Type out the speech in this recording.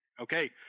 Okay